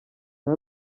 nta